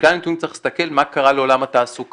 בכלל הנתונים צריך להסתכל מה קרה בעולם התעסוקה,